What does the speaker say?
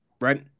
right